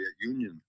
Union